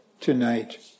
tonight